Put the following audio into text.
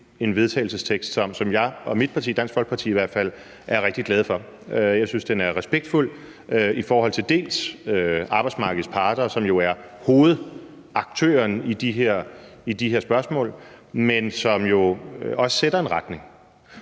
en vedtagelsestekst, som jeg og mit parti, Dansk Folkeparti, i hvert fald er rigtig glade for. Jeg synes, den er respektfuld, bl.a. i forhold til arbejdsmarkedets parter, som jo er hovedaktøren i de her spørgsmål, men som jo også sætter en retning,